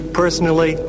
personally